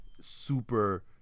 super